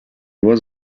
was